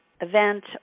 event